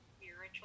spiritual